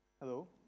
Hello